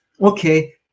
okay